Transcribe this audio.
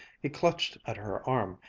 he clutched at her arm,